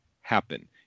happen